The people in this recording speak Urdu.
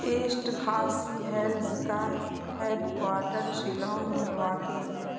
ایسٹ کھاسی ہیلز کا ہیڈ کواٹر شیلانگ میں واقع ہے